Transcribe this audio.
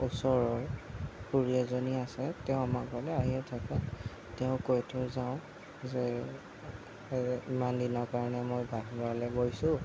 ওচৰৰ খুৰী এজনী আছে তেওঁ আমাৰ ঘৰলৈ আহিয়ে থাকে তেওঁক কৈ থৈ যাওঁ যে ইমান দিনৰ কাৰণে মই বাহিৰলৈ গৈছোঁ